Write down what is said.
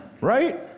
right